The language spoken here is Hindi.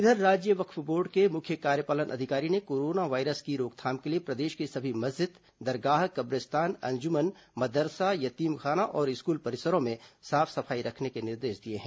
इधर राज्य वक्फ बोर्ड के मुख्य कार्यपालन अधिकारी ने कोरोना वायरस की रोकथाम के लिए प्रदेश के सभी मस्जिद दरगाह कब्रिस्तान अंजुमन मदरसा यतीमखाना और स्कूल परिसरों में साफ सफाई रखने के निर्देश दिए हैं